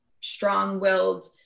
strong-willed